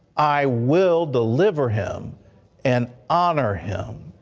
i will deliver him and honor him.